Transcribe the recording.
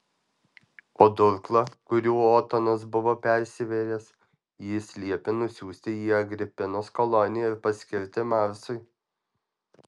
o durklą kuriuo otonas buvo persivėręs jis liepė nusiųsti į agripinos koloniją ir paskirti marsui